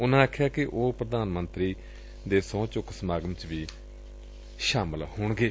ਉਨਾਂ ਆਖਿਆ ਕਿ ਉਹ ਪ੍ਰਧਾਨ ਮੰਤਰੀ ਦੇ ਸਹੁੰ ਚੁੱਕ ਸਮਾਗਮ ਵਿਚ ਵੀ ਸ਼ਮੁਲੀਅਤ ਕਰਨਗੇ